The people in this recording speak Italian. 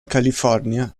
california